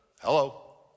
hello